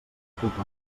culpa